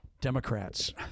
Democrats